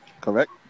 Correct